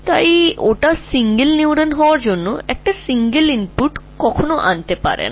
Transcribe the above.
এই জন্য একটি একক নিউরনকে একটি ইনপুট কখনও এই অবস্থায় আনতে পারে না